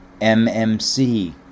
MMC